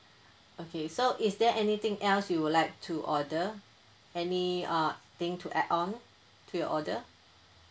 okay so is there anything else you would like to order any uh thing to add on to your order